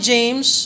James